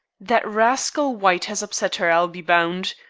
that rascal white has upset her, i'll be bound.